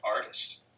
artist